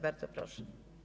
Bardzo proszę.